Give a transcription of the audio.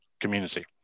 community